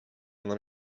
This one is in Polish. nam